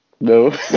No